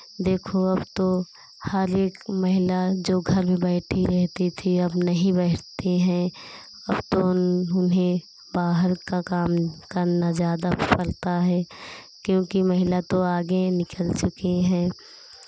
देखो अब तो हर एक महिला जो घर में बैठी रहती थी अब नहीं बैठती हैं अब तो उन्हें बाहर का काम करना ज़्यादा पड़ता है क्योंकि महिला तो आगे निकल चुकी हैं